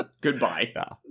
Goodbye